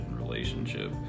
relationship